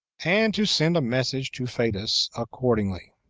and to send a message to fadus accordingly.